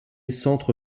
centre